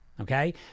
okay